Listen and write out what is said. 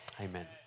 Amen